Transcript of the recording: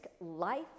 life